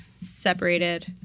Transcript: separated